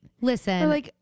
Listen